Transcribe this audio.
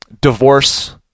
divorce